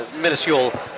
minuscule